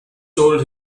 told